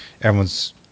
everyone's